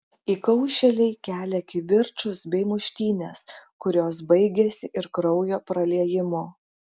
įkaušėliai kelia kivirčus bei muštynes kurios baigiasi ir kraujo praliejimu